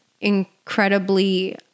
incredibly